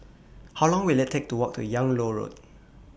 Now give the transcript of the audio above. How Long Will IT Take to Walk to Yung Loh Road